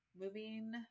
moving